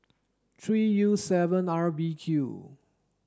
three U seven R B Q